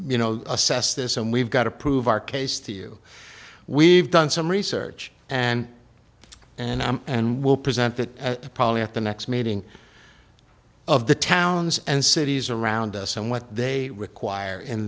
you know assess this and we've got to prove our case to you we've done some research and and i'm and we'll present that probably at the next meeting of the towns and cities around us and what they require in